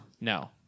No